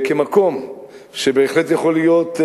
כמקום שבהחלט יכול להיות,